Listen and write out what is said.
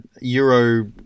euro